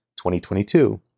2022